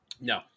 No